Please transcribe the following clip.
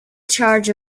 charge